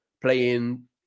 playing